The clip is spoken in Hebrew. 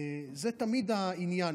זה תמיד העניין,